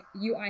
UI